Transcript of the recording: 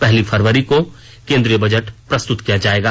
पहली फरवरी को केन्द्रीय बजट प्रस्तुत किया जाएगा